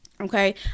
Okay